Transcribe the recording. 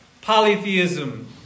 polytheism